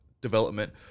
development